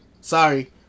Sorry